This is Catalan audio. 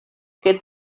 que